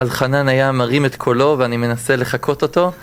אלחנן היה מרים את קולו ואני מנסה לחקות אותו